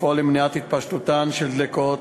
לפעול למניעת התפשטותן של דלקות,